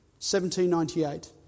1798